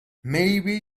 maybe